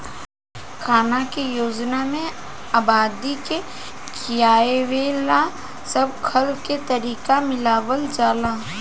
खाना के योजना में आबादी के खियावे ला सब खल के तरीका के मिलावल जाला